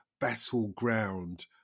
battleground